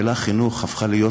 המילה חינוך הפכה להיות,